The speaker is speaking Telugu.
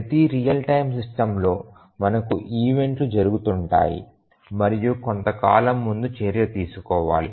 ప్రతి రియల్ టైమ్ సిస్టమ్లో మనకు ఈవెంట్లు జరుగుతుంటాయి మరియు కొంతకాలం ముందు చర్య తీసుకోవాలి